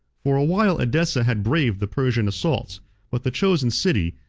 for a while edessa had braved the persian assaults but the chosen city,